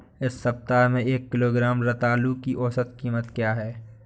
इस सप्ताह में एक किलोग्राम रतालू की औसत कीमत क्या है?